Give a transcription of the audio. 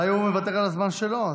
אולי הוא מוותר על הזמן שלו,